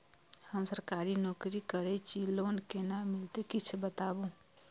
हम सरकारी नौकरी करै छी लोन केना मिलते कीछ बताबु?